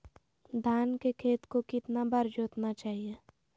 धान के खेत को कितना बार जोतना चाहिए?